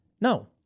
No